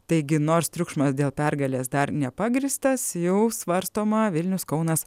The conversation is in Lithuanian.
taigi nors triukšmas dėl pergalės dar nepagrįstas jau svarstoma vilnius kaunas